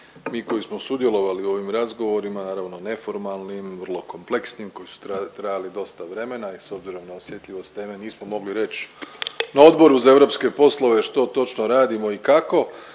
mi koji smo sudjelovali u ovim razgovorima naravno neformalnim, vrlo kompleksnim koji su trajali dosta vremena i s obzirom na osjetljivost teme nismo mogli reći na Odboru za europske poslove što točno radimo i kako.